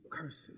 curses